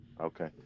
okay